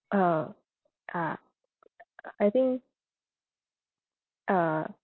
uh ah I think uh